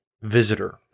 visitor